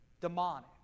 demonic